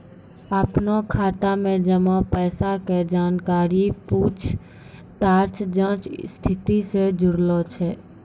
अपनो खाता मे जमा पैसा के जानकारी पूछताछ जांच स्थिति से जुड़लो छै